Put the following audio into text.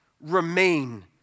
remain